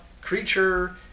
Creature